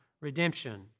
redemption